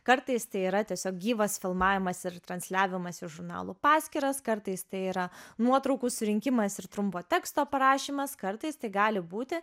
kartais tai yra tiesiog gyvas filmavimas ir transliavimas į žurnalų paskyras kartais tai yra nuotraukų surinkimas ir trumpo teksto parašymas kartais tai gali būti